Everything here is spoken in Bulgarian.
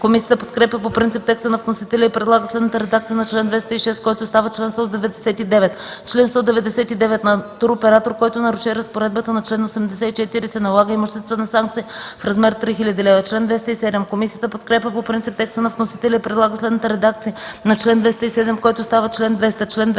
Комисията подкрепя по принцип текста на вносителя и предлага следната редакция на чл. 206, който става чл. 199: „Чл. 199. На туроператор, който наруши разпоредбата на чл. 84, се налага имуществена санкция в размер 3000 лв.” Комисията подкрепя по принцип текста на вносителя и предлага следната редакция на чл. 207, който става чл. 200: